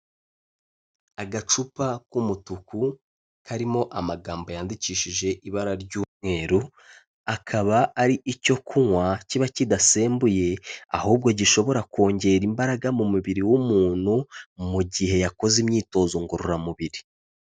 Agacupa k'umutuku, karimo amagambo yandikishije ibara ry'umweru akaba ari icyo kunywa kiba kidasembuye ahubwo gishobora kongera imbaraga mu mubiri w'umuntu, mu gihe yakoze imyitozo ngororamubiri.